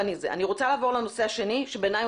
אני רוצה לעבור לנושא השני שבעיני הוא